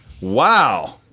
Wow